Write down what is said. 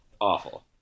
Awful